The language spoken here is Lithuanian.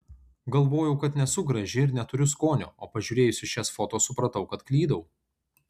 galvojau kad nesu graži ir neturiu skonio o pažiūrėjusi šias foto supratau kad klydau